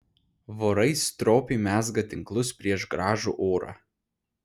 vorai stropiai mezga tinklus prieš gražų orą